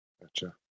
Gotcha